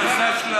מורה דרך,